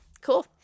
Cool